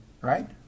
Right